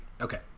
Okay